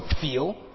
feel